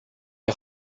les